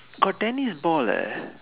got tennis ball eh